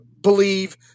believe